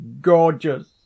gorgeous